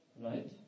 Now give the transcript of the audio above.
Right